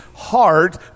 heart